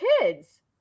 kids